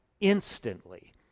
instantly